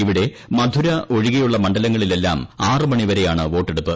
ഇവിടെ മധുര ഒഴികെയുള്ള മണ്ഡലങ്ങളിലെല്ലാം ആറ് മണി വരെയാണ് വോട്ടെടുപ്പ്